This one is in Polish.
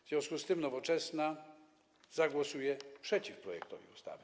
W związku z tym Nowoczesna zagłosuje przeciw projektowi ustawy.